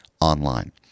online